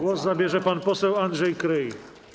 Głos zabierze pan poseł Andrzej Kryj.